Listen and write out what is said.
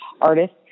artist